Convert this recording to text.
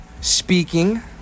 speaking